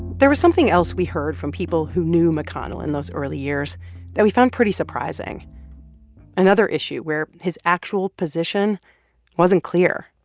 there was something else we heard from people who knew mcconnell in those early years that we found pretty surprising another issue where his actual position wasn't clear.